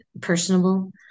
personable